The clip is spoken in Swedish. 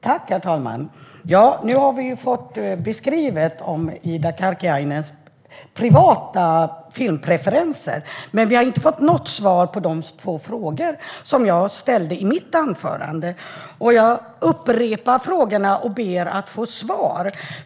Herr talman! Nu har vi fått beskrivet Ida Karkiainens privata filmpreferenser, men vi har inte fått något svar på de två frågor som jag ställde i mitt anförande. Jag upprepar frågorna och ber att få svar.